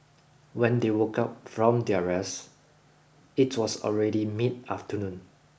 when they woke up from their rest it was already mid afternoon